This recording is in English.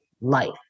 life